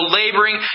laboring